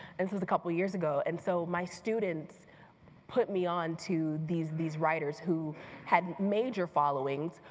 and this is a couple years ago. and so my students put me onto these these writers who had major followings,